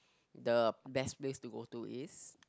the best place to go to is